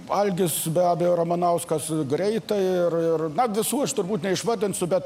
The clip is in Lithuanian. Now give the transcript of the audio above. algis be abejo ramanauskas greitai ir ir ir na visų aš turbūt neišvardinsiu bet